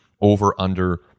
over-under